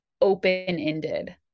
open-ended